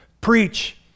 Preach